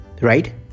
Right